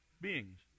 beings